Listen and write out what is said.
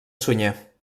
sunyer